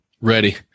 Ready